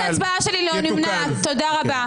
נפל.